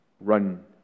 Run